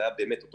מדובר בהסדר